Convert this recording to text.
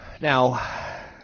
Now